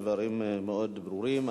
דברים מאוד ברורים.